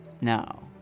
now